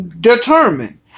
determined